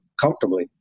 comfortably